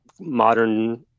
modern